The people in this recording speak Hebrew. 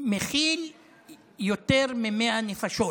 מכיל יותר מ-100 נפשות.